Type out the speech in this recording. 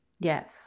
Yes